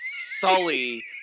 Sully